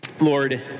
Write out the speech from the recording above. Lord